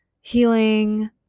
healing